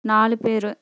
நாலு பேர்